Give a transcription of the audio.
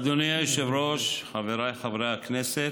אדוני היושב-ראש, חבריי חברי הכנסת,